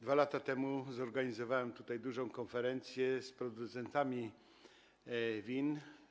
2 lata temu zorganizowałem tutaj dużą konferencję z producentami win.